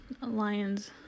lion's